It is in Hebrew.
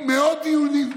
היו מאות דיונים,